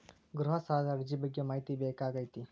ಗೃಹ ಸಾಲದ ಅರ್ಜಿ ಬಗ್ಗೆ ಮಾಹಿತಿ ಬೇಕಾಗೈತಿ?